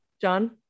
John